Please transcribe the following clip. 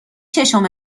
ششم